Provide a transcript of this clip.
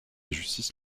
justice